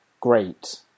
great